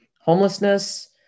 homelessness